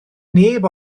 neb